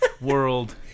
world